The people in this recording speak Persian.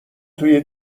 توی